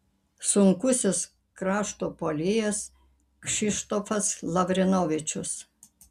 sunkusis krašto puolėjas kšištofas lavrinovičius